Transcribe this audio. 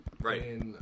Right